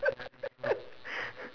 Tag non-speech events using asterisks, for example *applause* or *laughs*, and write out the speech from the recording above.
*laughs*